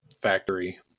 factory